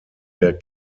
der